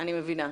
אני מבינה.